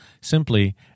simply